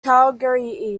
calgary